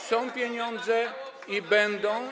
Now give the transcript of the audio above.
Są pieniądze i będą.